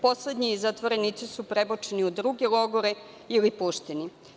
Poslednji zatvorenici su prebačeni u druge logore ili pušteni.